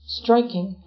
striking